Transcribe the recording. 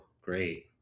great